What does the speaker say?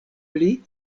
pli